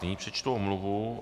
Nyní přečtu omluvu.